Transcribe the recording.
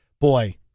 Boy